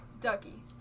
Ducky